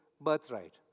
birthright